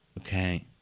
Okay